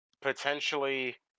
potentially